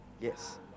Yes